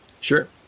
Sure